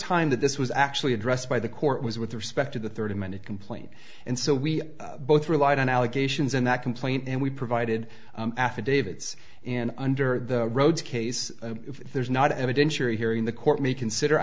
time that this was actually addressed by the court was with respect to the thirty minute complaint and so we both relied on allegations and that complaint and we provided affidavits and under the roads case if there's not evidence you're hearing the court may consider